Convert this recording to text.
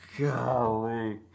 golly